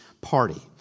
party